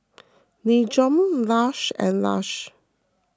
Nin Jiom Lush and Lush